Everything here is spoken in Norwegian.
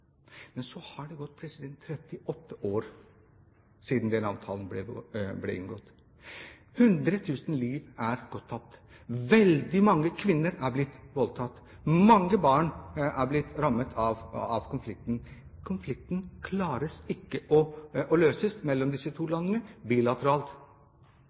Men så har det gått 38 år siden denne avtalen ble inngått. 100 000 liv er gått tapt. Veldig mange kvinner er blitt voldtatt. Mange barn er blitt rammet av konflikten. Man klarer ikke å løse konflikten mellom disse to